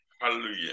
Hallelujah